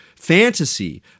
fantasy